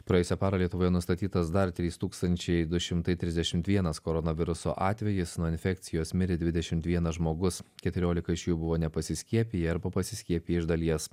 praėjusią parą lietuvoje nustatytos dar trys tūkstančiai du šimtai trisdešimt vienas koronaviruso atvejis nuo infekcijos mirė dvidešimt vienas žmogus keturiolika iš jų buvo nepasiskiepiję arba pasiskiepiję iš dalies